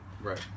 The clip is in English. Right